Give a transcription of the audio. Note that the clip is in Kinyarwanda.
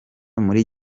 muri